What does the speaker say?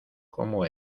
como